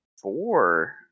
four